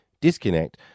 disconnect